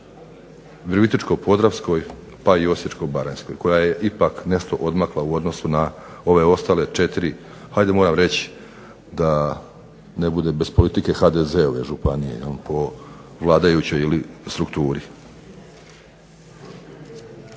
Virovitičko-podravskoj, pa i Osječko-baranjskoj koja je ipak nešto odmakla u odnosu na ove ostale 4 ajde moram reći da ne bude bez politike HDZ-ove županije po vladajućoj strukturi?